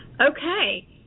Okay